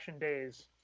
days